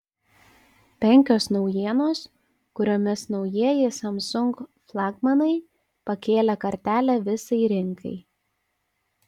penkios naujienos kuriomis naujieji samsung flagmanai pakėlė kartelę visai rinkai